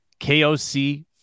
KOC